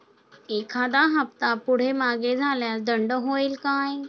एखादा हफ्ता पुढे मागे झाल्यास दंड होईल काय?